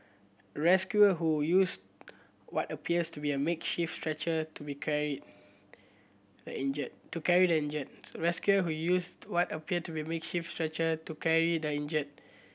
rescuer who used what appears to be a makeshift stretcher to be carry the injured to carry the injured rescuer who used what appeared to be makeshift stretcher to carry the injured